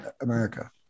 america